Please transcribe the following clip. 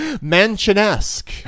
Mansion-esque